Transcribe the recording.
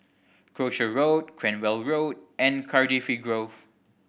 Croucher Road Cranwell Road and Cardifi Grove